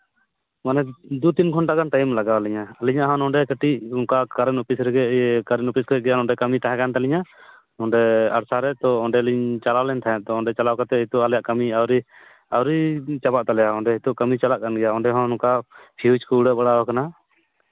ᱢᱟᱱᱮ ᱫᱩ ᱛᱤᱱ ᱜᱷᱚᱱᱴᱟ ᱜᱟᱱ ᱴᱟᱭᱤᱢ ᱞᱟᱜᱟᱣ ᱞᱤᱧᱟᱹ ᱟᱹᱞᱤᱧᱟᱜ ᱱᱚᱰᱮ ᱠᱟᱹᱴᱤᱡ ᱚᱱᱠᱟ ᱠᱟᱨᱮᱱᱴ ᱚᱯᱤᱥ ᱨᱮᱜᱮ ᱠᱟᱨᱮᱱᱴ ᱚᱯᱤᱥ ᱠᱷᱚᱡ ᱜᱮ ᱚᱱᱠᱟ ᱠᱟᱹᱢᱤ ᱛᱟᱦᱮᱸ ᱠᱟᱱ ᱛᱟᱹᱞᱤᱧᱟ ᱚᱸᱰᱮ ᱟᱲᱥᱟᱨᱮ ᱛᱚ ᱚᱸᱰᱮᱞᱤᱧ ᱪᱟᱞᱟᱣ ᱞᱮᱱ ᱛᱟᱦᱮᱸᱫ ᱛᱚ ᱚᱸᱰᱮ ᱪᱟᱞᱟᱣ ᱠᱟᱛᱮ ᱛᱚ ᱟᱞᱮᱭᱟᱜ ᱠᱟᱹᱢᱤ ᱟᱹᱣᱨᱤ ᱟᱹᱣᱨᱤ ᱪᱟᱵᱟᱜ ᱛᱟᱞᱮᱭᱟ ᱚᱸᱰᱮ ᱱᱤᱛᱳᱜ ᱠᱟᱹᱢᱤ ᱪᱟᱞᱟᱜ ᱠᱟᱱ ᱜᱮᱭᱟ ᱚᱸᱰᱮ ᱦᱚᱸ ᱱᱚᱝᱠᱟ ᱯᱷᱤᱭᱩᱡᱽ ᱠᱚ ᱩᱲᱟᱹᱣ ᱵᱟᱲᱟᱣᱠᱟᱱᱟ